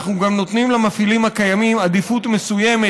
אנחנו נותנים למפעילים הקיימים עדיפות מסוימת,